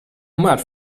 much